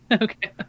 Okay